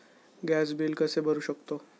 Gas bill कसे भरू शकतो?